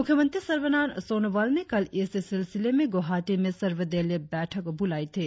मुख्यमंत्री सर्बानंद सोनोवाल ने कल इस सिलसिले में गुवाहाटी में सर्वदलीय बैठक बुलाई थी